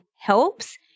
helps